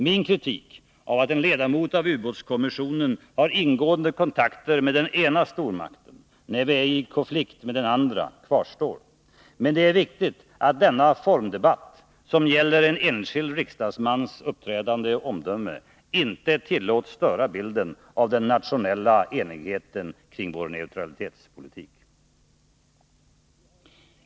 Min kritik av att en ledamot av ubåtskommissionen har ingående kontakter med den ena stormakten, när vi är i konflikt med den andra, kvarstår. Men det är viktigt att denna formdebatt, som gäller en enskild riksdagsmans uppträdande och omdöme, inte tillåts störa bilden av den nationella enigheten kring vår neutralitetspolitik.